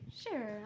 Sure